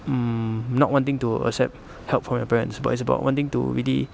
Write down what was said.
mm not wanting to accept help from your parents but it's about wanting to really